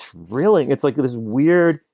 really it's like this. weird,